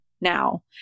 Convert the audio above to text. now